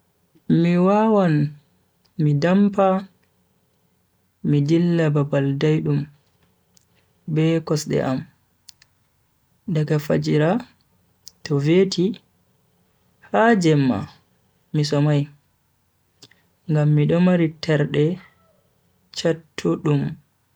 Mi wawan mi dampa mi dilla babal daidum be kosde am daga fajjira to veti ha jemma mi somai ngam mido mari terde chattudum.